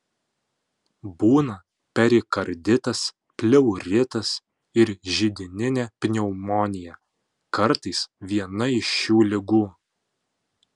būna perikarditas pleuritas ir židininė pneumonija kartais viena iš šių ligų